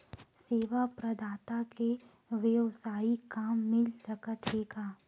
सेवा प्रदाता के वेवसायिक काम मिल सकत हे का?